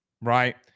right